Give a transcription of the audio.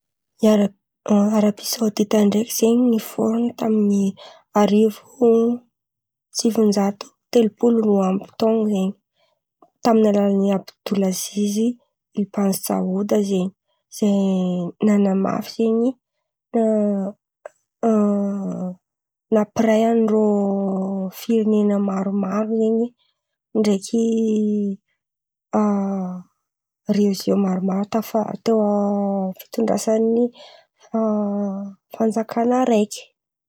I Ara- Arabia Saodida ndraiky zen̈y nifôrina tamin’ny arivo sivan-jato telopolo roa amby taon̈a zen̈y tamin’ny alalan’i Abdolazia zen̈y ipan saoda zen̈y. Zay nanamafy zen̈y a a nampiray any rô firenena maromaro zen̈y ndraiky a relizion maromaro tafara teo a fitondrasan’ny a fanjakana araiky.